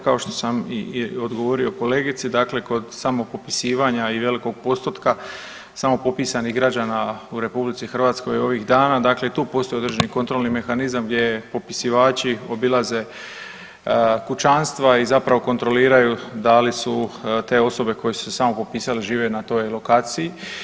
Kao što sam odgovorio i kolegici dakle kod samog popisivanja i velikog postotka samo popisanih građana u RH ovih dana dakle tu postoji određeni kontrolni mehanizam gdje popisivači obilaze kućanstva i zapravo kontroliraju da li su te osobe koje su se samopopisale žive na toj lokaciji.